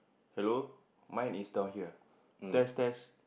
hello mine is down here test test